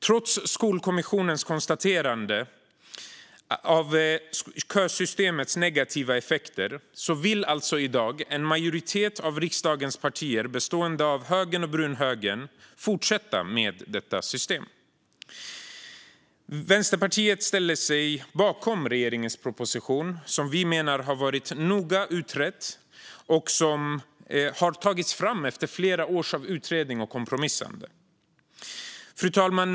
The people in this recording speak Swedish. Trots Skolkommissionens konstaterande av kösystemets negativa effekter vill alltså i dag en majoritet av riksdagens partier bestående av högern och brunhögern fortsätta med detta system. Vänsterpartiet ställer sig bakom regeringens proposition, som har tagits fram efter flera år av noga utredande och kompromissande. Fru talman!